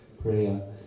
prayer